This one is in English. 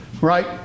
right